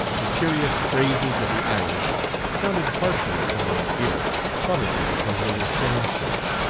the curious phrases of the irish sounded harshly upon my ear probably, because they were strange to me.